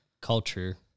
culture